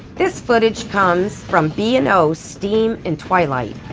this footage comes from b and o steam in twilight.